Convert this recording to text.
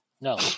no